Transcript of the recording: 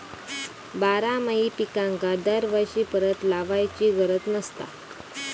बारमाही पिकांका दरवर्षी परत लावायची गरज नसता